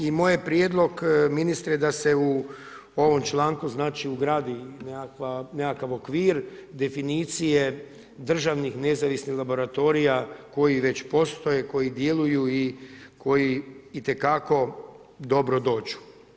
I moj je prijedlog ministre da se u ovom članku znači ugradi nekakav okvir definicije državnih nezavisnih laboratorija koji već postoje, koji djeluju i koji itekako dobro dođu.